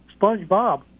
SpongeBob